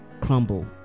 crumble